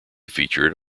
featured